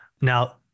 Now